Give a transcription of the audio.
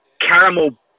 caramel